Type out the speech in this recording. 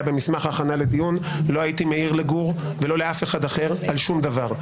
במסמך ההכנה לדיון לא הייתי מעיר לגור ולא לאף אחד אחר על שום דבר.